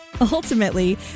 Ultimately